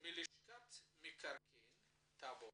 האם ללשכת המקרקעין הטאבו